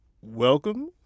welcome